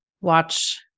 watch